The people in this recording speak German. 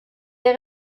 der